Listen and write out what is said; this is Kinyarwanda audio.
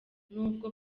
n’ubwo